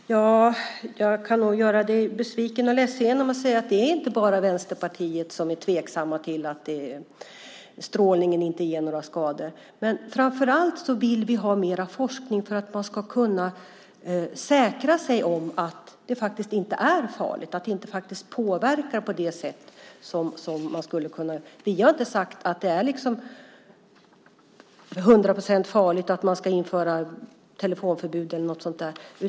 Fru talman! Jag får nog göra Patrik besviken och ledsen genom att säga att det inte bara är Vänsterpartiet som är tveksamt till att strålningen inte ger några skador. Framför allt vill vi ha mer forskning för att man ska kunna försäkra sig om att det här faktiskt inte är farligt och att det inte påverkar på det sätt som man skulle kunna tro. Vi har inte sagt att det är till hundra procent farligt och att man ska införa telefonförbud eller något sådant.